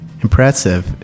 Impressive